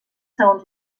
segons